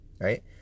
Right